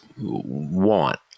want